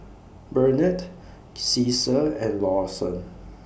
Burnett Ceasar and Lawson